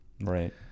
right